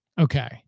Okay